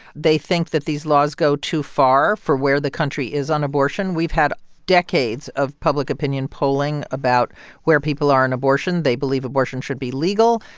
they think that these laws go too far for where the country is on abortion. we've had decades of public opinion polling about where people are on and abortion. they believe abortion should be legal,